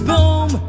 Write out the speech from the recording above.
Boom